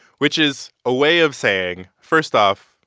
which is a way of saying, first off,